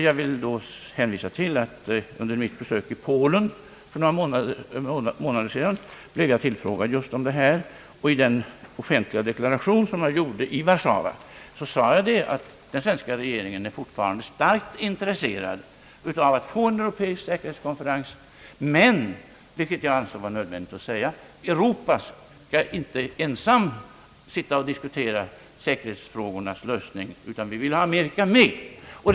Jag vill hänvisa till att jag under mitt besök i Polen för några månader sedan blev tillfrågad just om detta. I den offentliga deklaration som jag gjorde i Warszawa sade jag att den svenska regeringen fortfarande är mycket intresserad av att få till stånd en europeisk säkerhetskonferens. Men jag sade också — vilket jag ansåg vara angeläget — att Europa inte ensamt skall diskutera säkerhetsfrågornas lösning, utan att också Amerika skall vara med därvidlag.